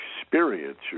experience